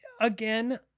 again